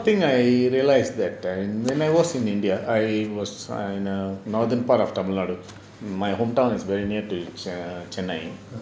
thing I realised is that when I was in india I was from northern part of Tamil Nadu nadu my hometown is very near to err chennai